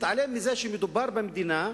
הרצון להתעלם מזה שמדובר במדינה,